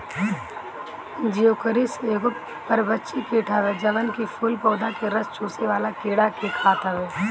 Geocoris एगो परभक्षी कीट हवे जवन की फूल पौधा के रस चुसेवाला कीड़ा के खात हवे